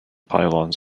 pylons